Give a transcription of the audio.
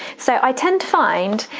so i tend to find